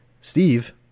Steve